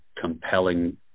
compelling